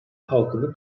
halkını